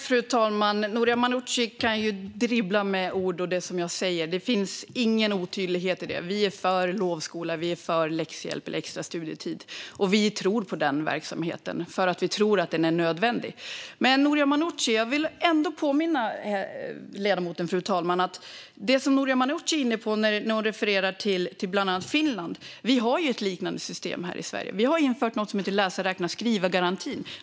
Fru talman! Noria Manouchi kan dribbla med ord, men det är som jag säger. Det finns ingen otydlighet i det: Vi är för lovskola, och vi är för läxhjälp eller extra studietid. Vi tror på den verksamheten, och vi tror att den är nödvändig. Fru talman! När ledamoten Noria Manouchi refererar till bland annat Finland vill jag påminna om att vi ju har ett liknande system här i Sverige. Vi har infört någonting som heter läsa-räkna-skriva-garantin.